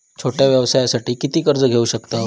छोट्या व्यवसायासाठी किती कर्ज घेऊ शकतव?